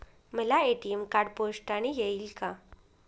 मला ATM card पोस्टाने येईल का?